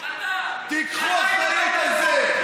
אתה, תיקחו אחריות על זה.